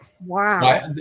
wow